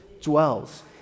dwells